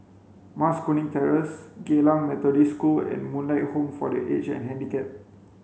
Mas Kuning Terrace Geylang Methodist School and Moonlight Home for the Aged and Handicapped